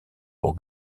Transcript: pour